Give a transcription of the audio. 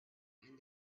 and